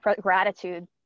gratitude